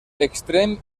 extrem